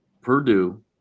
Purdue